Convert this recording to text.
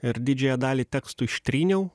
ir didžiąją dalį tekstų ištryniau